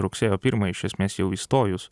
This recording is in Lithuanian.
rugsėjo pirmąją iš esmės jau įstojus